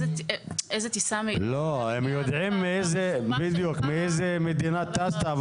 הם יודעים מאיזה מדינה טסת.